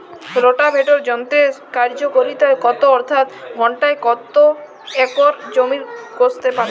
Rotavator যন্ত্রের কার্যকারিতা কত অর্থাৎ ঘণ্টায় কত একর জমি কষতে পারে?